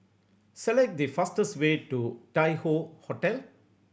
select the fastest way to Tai Hoe Hotel